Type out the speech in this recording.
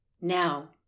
now